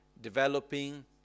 developing